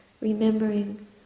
remembering